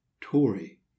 Tory